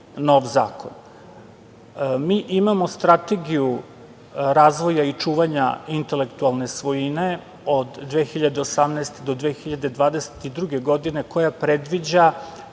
nov zakon. Mi imamo Strategiju razvoja i čuvanja intelektualne svojine od 2018-2022. godine, koja predviđa